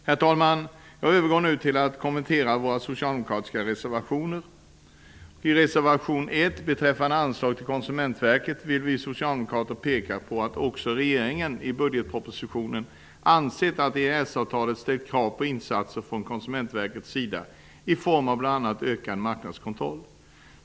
Herr talman! Jag övergår nu till att kommentera våra socialdemokratiska reservationer. I Konsumentverket vill vi socialdemokrater peka på att också regeringen i budgetpropositionen har ansett att EES-avtalet ställer krav på insatser från Konsumentverkets sida i form av bl.a. ökad marknadskontroll.